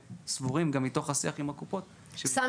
וסבורים גם מתוך השיח עם הקופות --- סמי,